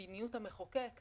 מדיניות המחוקק,